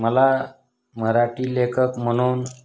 मला मराठी लेखक म्हणून